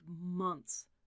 months